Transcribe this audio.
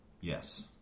Yes